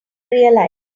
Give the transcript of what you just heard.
realized